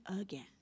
again